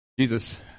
Jesus